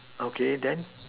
okay then